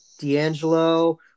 D'Angelo